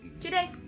today